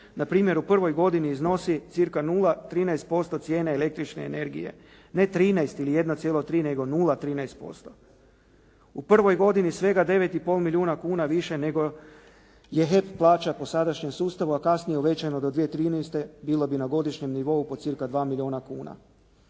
na primjer u prvoj godini iznosi cirka 0,13% cijene električne energije. Ne 13 ili 1,3 nego 0,13%. U prvoj godini svega 9 i pol milijuna kuna više nego je HEP plaća po sadašnjem sustavu a kasnije uvećano do 2013. bilo bi na godišnjem nivou po cirka 2 milijuna kuna.